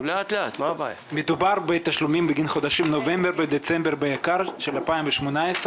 מדובר בתשלומים בגין החודשים נובמבר ודצמבר 2018 בעיקר,